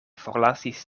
forlasis